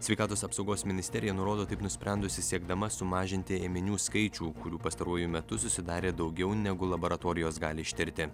sveikatos apsaugos ministerija nurodo taip nusprendusi siekdama sumažinti ėminių skaičių kurių pastaruoju metu susidarė daugiau negu laboratorijos gali ištirti